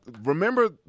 Remember